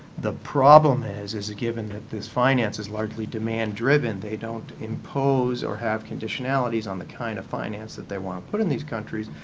the problem is that given that this finance is largely demand-driven, they don't impose or have conditionalities on the kind of finance that they want to put in these countries.